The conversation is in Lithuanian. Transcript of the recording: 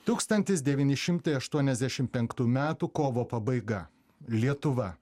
tūkstantis devyni šimtai aštuoniasdešim penktų metų kovo pabaiga lietuva